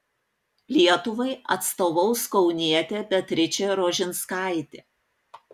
lietuvai atstovaus kaunietė beatričė rožinskaitė